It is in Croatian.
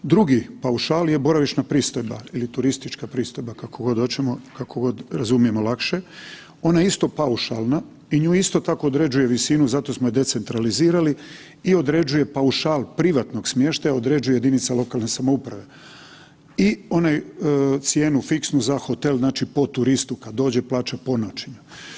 Drugi paušal je boravišna pristojba ili turistička pristojbe kako god hoćemo, kako god razumijemo lakše, ona je isto paušalna i nju isto tako određuje visinu zato smo je decentralizirali i određuje paušal privatnog smještaja određuje jedinica lokalne samouprave i cijenu fiksnu za hotel znači po turistu kada dođe plaća po noći.